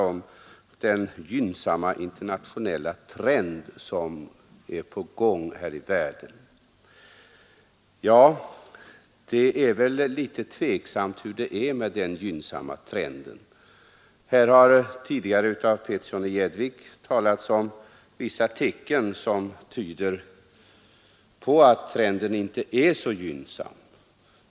om den gynnsamma internationella trenden i världen. Det är väl litet tveksamt hur det är med den gynnsamma trenden. Herr Petersson i Gäddvik har tidigare talat om vissa tecken som tyder på att trenden inte är så gynnsam.